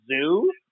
zoo